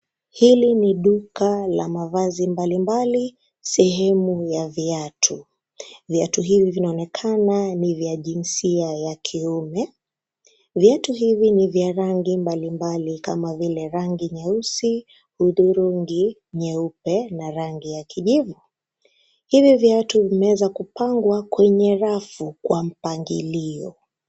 Hili ni duka la mavazi mbalimbali, sehemu ya viatu viatu hivi vinaonekana ni vya jinsia ya kiume. Viatu hivi ni vya rangi mbalimbali kama vile rangi nyeusi, udhurungi, nyeupe na rangi ya kijivu. Hivi Viatu vimeweza kupangwa kwenye rafu kwa mpangilio.